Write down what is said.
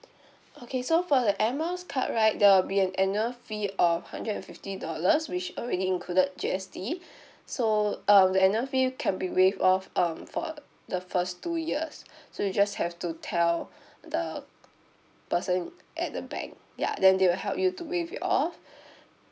okay so for the air miles card right there'll be an annual fee of hundred and fifty dollars which already included G_S_T so um the annual fee can be waived off um for the first two years so you just have to tell the person at the bank ya then they will help you to waive it off